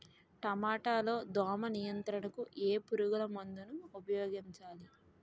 టమాటా లో దోమ నియంత్రణకు ఏ పురుగుమందును ఉపయోగించాలి?